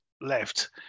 left